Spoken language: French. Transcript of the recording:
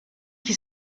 qui